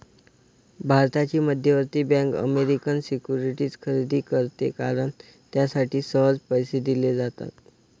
भारताची मध्यवर्ती bank American securities खरेदी करते कारण त्यासाठी सहज पैसे दिले जातात